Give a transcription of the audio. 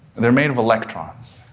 they're made of electrons.